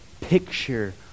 picture